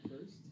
first